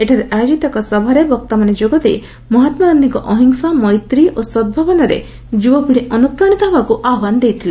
ଏଠାରେ ଆୟୋକିତ ଏକ ସଭାରେ ବକ୍ତାମାନେ ଯୋଗ ଦେଇ ମହାତ୍ମାଗାଧୀଙ୍କ ଅହିଂସା ମୈତ୍ରୀ ଓ ସଦ୍ଭାବନାରେ ଯୁବ ପୀଢି ଅନୁପ୍ରାଶିତ ହେବାକୁ ଆହ୍ୱାନ ଦେଇଥିଲେ